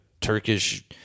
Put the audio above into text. Turkish